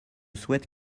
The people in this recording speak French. souhaite